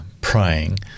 praying